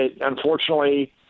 unfortunately